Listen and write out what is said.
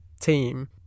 team